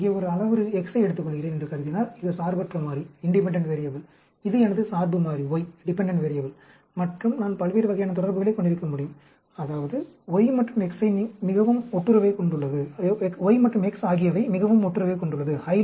நான் இங்கே ஒரு அளவுரு X ஐ எடுத்துக்கொள்கிறேன் என்று கருதினால் இது சார்பற்ற மாறி இது எனது சார்பு மாறி Y நான் பல்வேறு வகையான தொடர்புகளைக் கொண்டிருக்க முடியும் அதாவது Y மற்றும் X ஆகியவை மிகவும் ஒட்டுறவைக் கொண்டுள்ளது